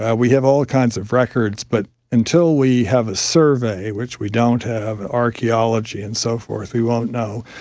and we have all kinds of records, but until we have a survey, which we don't have, archaeology and so forth, we won't know.